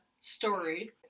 story